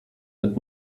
mit